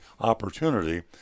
opportunity